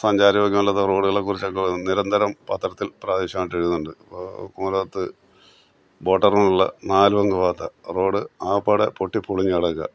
സഞ്ചാരികൾക്ക് നല്ലതാണ് റോഡുകളെ കുറിച്ചൊക്കെ നിരന്തരം പത്രത്തിൽ പ്രാദേശികമായിട്ട് എഴുതുന്നുണ്ട് അപ്പോൾ കുമരകത്ത് ബോട്ട് ഇറങ്ങാനുള്ള നാല് കുന്ന് ഭാഗത്തെ റോഡ് ആകെപ്പാടെ പൊട്ടിപ്പൊളിഞ്ഞു കിടക്കുകയാണ്